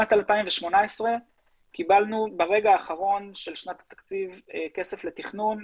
בשנת 2018 קיבלנו ברגע האחרון של שנת התקציב כסף לתכנון,